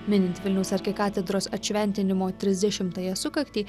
minint vilniaus arkikatedros atšventinimo trisdešimtąją sukaktį